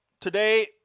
today